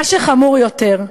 "מה שחמור יותר,